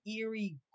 eerie